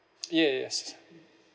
y~ yes